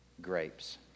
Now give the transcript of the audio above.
grapes